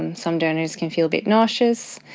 and some donors can feel a bit nauseous.